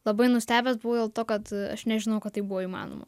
labai nustebęs buvau dėl to kad aš nežinojau kad tai buvo įmanoma